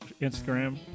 Instagram